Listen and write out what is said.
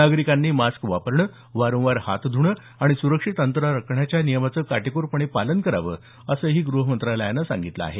नागरिकांनी मास्क वापरणं वारंवार हात ध्रणं आणि सुरक्षित अंतर राखण्याच्या नियमांचं काटेकोरपणे पालन करावं असंही ग्रहमंत्रालयान सांगितलं आहे